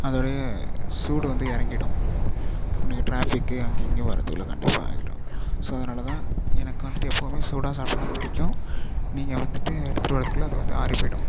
அதோடய சூடு வந்து இறங்கிடும் நீங்கள் டிராஃபிக்கு அங்கிங்கியும் வரதுக்குள்ளே கண்டிப்பாக இறங்கிடும் ஸோ அதனால்தான் எனக்கு வந்துட்டு எப்போதுமே சூடாக சாப்பிட்டா தான் பிடிக்கும் நீங்கள் வந்துட்டு எடுத்துட்டு வரதுக்குள்ளே அது வந்து ஆறி போயிடும்